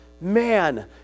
man